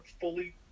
fully